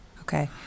okay